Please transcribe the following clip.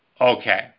Okay